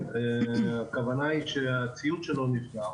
הכוונה היא שהציוד שלו נפגע,